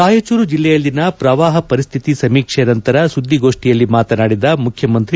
ರಾಯಚೂರು ಬೆಲ್ಲೆಯಲ್ಲಿನ ಪ್ರವಾಹ ಪರಿಸ್ತಿತಿ ಸಮೀಕ್ಷೆ ನಂತರ ಸುದ್ದಿಗೋಷ್ಠಿಯಲ್ಲಿ ಮಾತನಾಡಿದ ಮುಖ್ಯಮಂತ್ರಿ